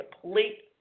complete